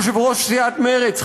יושב-ראש סיעת מרצ,